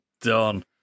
done